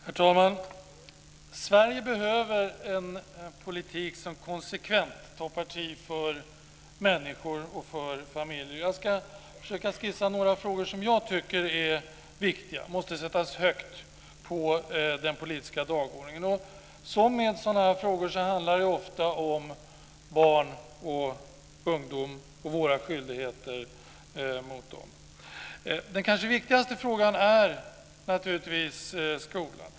Herr talman! Sverige behöver en politik som konsekvent tar parti för människor och för familjer. Jag ska försöka skissa några frågor som jag tycker är viktiga och som måste sättas högt på den politiska dagordningen. Som så ofta i sådana här frågor så handlar det om barn och ungdomar och våra skyldigheter mot dem. Den kanske viktigaste frågan är naturligtvis skolan.